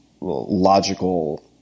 logical